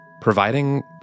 Providing